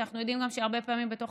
כי אנחנו יודעים גם שהרבה פעמים בתוך